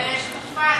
זה לשבחך,